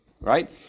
Right